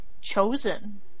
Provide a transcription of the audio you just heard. chosen